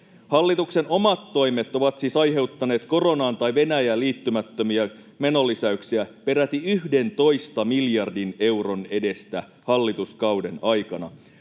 Hallituksen omat toimet ovat siis aiheuttaneet koronaan tai Venäjään liittymättömiä menolisäyksiä peräti 11 miljardin euron edestä hallituskauden aikana.